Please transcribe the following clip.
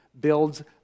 builds